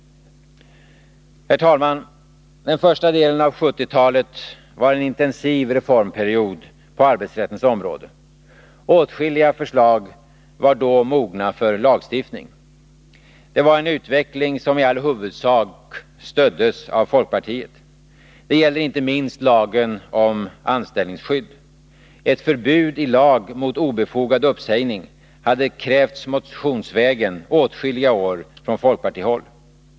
Herr talman! Den första delen av 1970-talet var en intensiv reformperiod påarbetsrättens område. Åtskilliga förslag var då mogna för lagstiftning. Det var en utveckling som i all huvudsak stöddes av folkpartiet. Det gäller inte minst lagen om anställningsskydd. Ett förbud i lag mot obefogad uppsägning hade krävts motionsvägen åtskilliga år från fp-håll.